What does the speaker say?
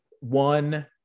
one